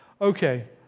Okay